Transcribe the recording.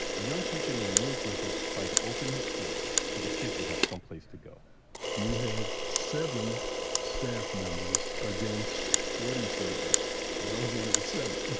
a young teacher named neil griffith tried to open his school so the kids would have someplace to go you had seven staff members against forty something, and i was one of the seven